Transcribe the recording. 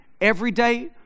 everyday